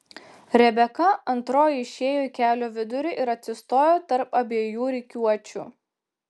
rebeka antroji išėjo į kelio vidurį ir atsistojo tarp abiejų rikiuočių